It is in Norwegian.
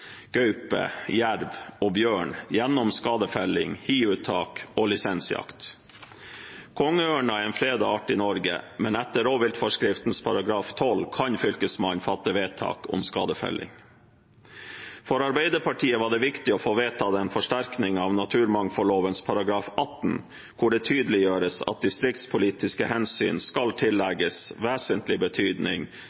gaupe, jerv og bjørn gjennom skadefelling, hiuttak og lisensjakt. Kongeørnen er en fredet art i Norge, men etter rovviltforskriftens § 12 kan Fylkesmannen fatte vedtak om skadefelling. For Arbeiderpartiet var det viktig å få vedtatt en forsterkning av naturmangfoldloven § 18, hvor det tydeliggjøres at distriktspolitiske hensyn skal